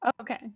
Okay